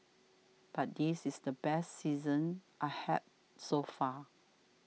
but this is the best season I have so far